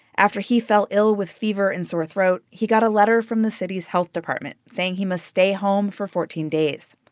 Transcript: after he fell ill with fever and sore throat, he got a letter from the city's health department saying he must stay home for fourteen days.